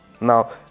now